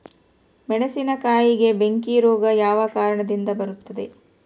ಮೆಣಸಿನಕಾಯಿಗೆ ಬೆಂಕಿ ರೋಗ ಯಾವ ಕಾರಣದಿಂದ ಬರುತ್ತದೆ?